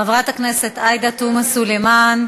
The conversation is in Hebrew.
חברת הכנסת עאידה תומא סלימאן,